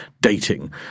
dating